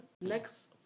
Next